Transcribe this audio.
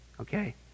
okay